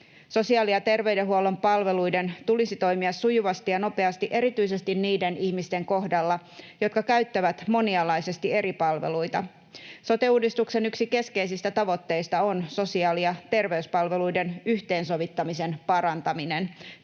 Sosiaali- ja terveydenhuollon palveluiden tulisi toimia sujuvasti ja nopeasti erityisesti niiden ihmisten kohdalla, jotka käyttävät monialaisesti eri palveluita. Sote-uudistuksen yksi keskeisistä tavoitteista on sosiaali- ja terveyspalveluiden yhteensovittamisen parantaminen.